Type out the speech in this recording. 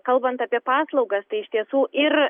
kalbant apie paslaugas tai iš tiesų ir